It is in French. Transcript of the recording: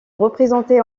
représenté